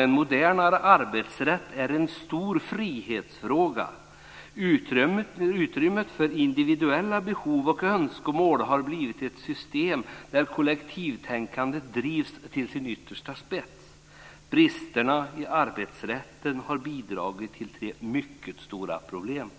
En modernare arbetsrätt är en stor frihetsfråga. Utrymmet för individuella behov och önskemål har blivit för litet i ett system där kollektivtänkandet drivs till sin yttersta spets. Bristerna i arbetsrätten har bidragit till tre mycket stora problem.